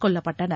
கொல்லப்பட்டனர்